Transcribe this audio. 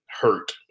hurt